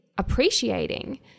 appreciating